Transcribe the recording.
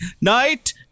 Night